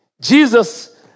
Jesus